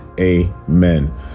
Amen